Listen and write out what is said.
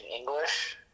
English